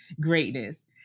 greatness